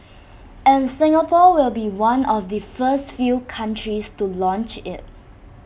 and Singapore will be one of the first few countries to launch IT